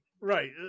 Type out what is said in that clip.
Right